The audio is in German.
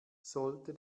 sollte